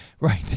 Right